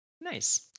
Nice